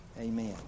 Amen